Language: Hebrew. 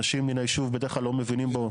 אנשים מן היישוב בדרך כלל לא מבינים בו שום דבר.